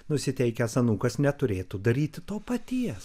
nusiteikęs anūkas neturėtų daryti to paties